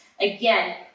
again